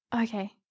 Okay